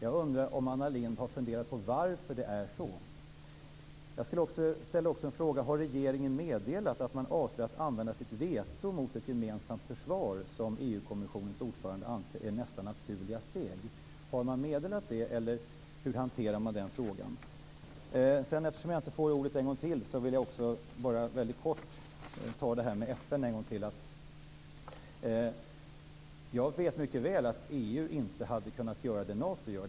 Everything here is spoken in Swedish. Jag undrar om Anna Lindh har funderat på varför det är så. Jag ställde också en annan fråga. Har regeringen meddelat att man avser att använda sitt veto mot ett gemensamt försvar, som EU-kommissionens ordförande anser är nästa naturliga steg? Har man meddelat det, eller hur hanterar man den frågan? Eftersom jag inte får ordet en gång till vill jag bara väldigt kort ta detta med FN en gång till också. Jag vet mycket väl att EU inte hade kunnat göra det Nato gör.